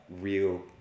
real